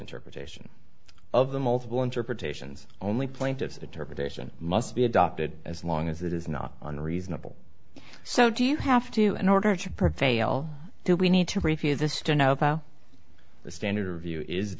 interpretation of the multiple interpretations only plaintiff's attorney addition must be adopted as long as it is not unreasonable so do you have to in order to prevail do we need to review this to know the standard view is